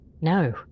No